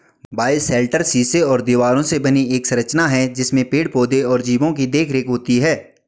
bioshelter शीशे और दीवारों से बनी एक संरचना है जिसमें पेड़ पौधे और जीवो की देखरेख होती है